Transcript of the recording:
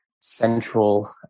central